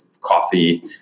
coffee